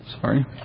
Sorry